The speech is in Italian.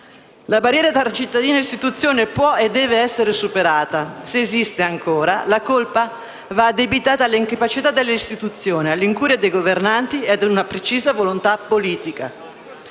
La barriera tra cittadino e istituzioni può e deve essere superata e se esiste ancora, la colpa va addebitata all'incapacità delle istituzioni, all'incuria dei governanti e a una precisa volontà politica.